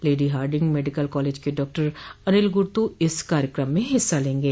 lady Hardinge medical college के doctor Anil Gurtu इस कार्यक्रम में हिस्सा लेंगे